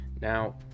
Now